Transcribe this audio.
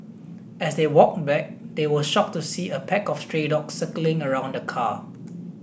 as they walked back they were shocked to see a pack of stray dogs circling around the car